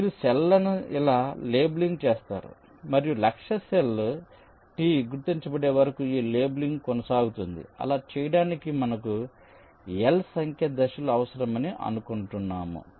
కాబట్టి మీరు సెల్లను ఇలా లేబులింగ్ చేస్తారు మరియు లక్ష్య సెల్ T గుర్తించబడే వరకు ఈ లేబులింగ్ కొనసాగుతుంది అలా చేయడానికి మనకు L సంఖ్య దశలు అవసరమని అనుకుంటున్నాము